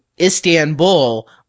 istanbul